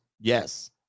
Yes